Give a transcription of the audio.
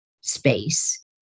space